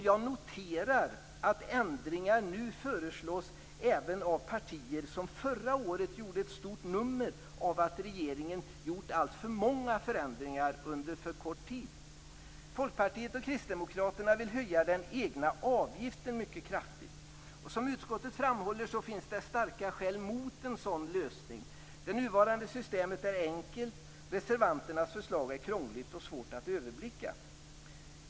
Jag noterar att ändringar nu föreslås även av partier som förra året gjorde ett stort nummer av att regeringen gjort alltför många förändringar under för kort tid. Folkpartiet och Kristdemokraterna vill höja den egna avgiften mycket kraftigt. Som utskottet framhåller finns det starka skäl mot en sådan lösning. Det nuvarande systemet är enkelt, reservanternas förslag är krångligt och svårt att överblicka.